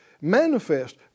manifest